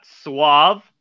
suave